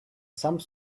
some